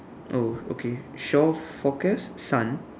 oh okay shore forecast sun